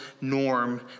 norm